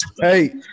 Hey